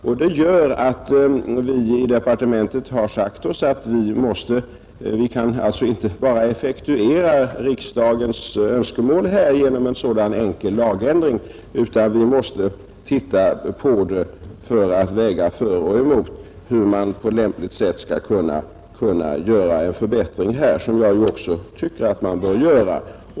Av det skälet har vi i departementet sagt oss att vi inte bara kan effektuera riksdagens önskemål genom en enkel lagändring, utan vi måste titta närmare på saken för att väga för och emot hur man på lämpligt sätt skall kunna åstadkomma en förbättring — det tycker också jag att man bör göra.